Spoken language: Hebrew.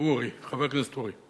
חבר הכנסת אוּרי.